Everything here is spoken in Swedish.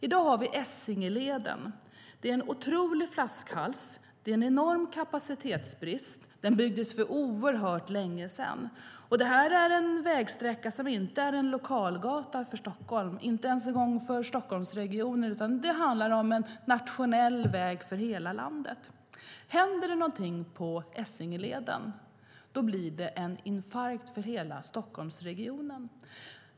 I dag har vi Essingeleden. Det är en otrolig flaskhals. Det är en enorm kapacitetsbrist. Leden byggdes för oerhört länge sedan. Det är en vägsträcka som inte är en lokalgata för Stockholm, inte ens en gång för Stockholmsregionen. Det handlar om en nationell väg för hela landet. Händer det någonting på Essingeleden blir det en infarkt för hela Stockholmsregionen.